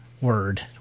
word